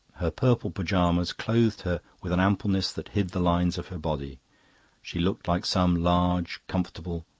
her purple pyjamas clothed her with an ampleness that hid the lines of her body she looked like some large, comfortable,